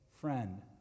friend